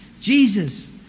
Jesus